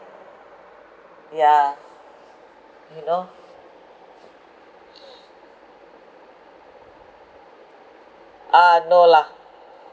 yeah you know ah no lah